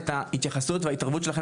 להתייחסות וההתערבות שלכם,